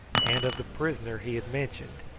and of the prisoner he had mentioned,